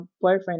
boyfriend